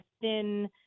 thin